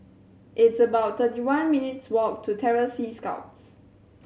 it's about thirty one minutes walk to Terror Sea Scouts